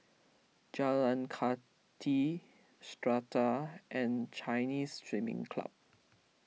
Jalan Kathi Strata and Chinese Swimming Club